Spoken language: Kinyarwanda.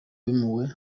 bimuwe